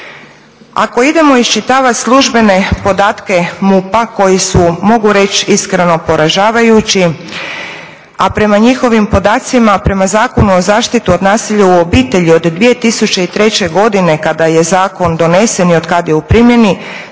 Ako idemo iščitavati službene podatke MUP-a koji su mogu reći iskreno poražavajući a prema njihovim podacima prema Zakonu o zaštititi od nasilja u obitelji od 2003. godine kada je zakon donesen i otkada je u primjeni